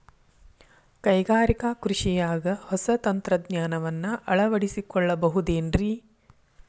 ಕೈಗಾರಿಕಾ ಕೃಷಿಯಾಗ ಹೊಸ ತಂತ್ರಜ್ಞಾನವನ್ನ ಅಳವಡಿಸಿಕೊಳ್ಳಬಹುದೇನ್ರೇ?